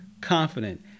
confident